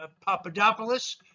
Papadopoulos